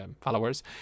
followers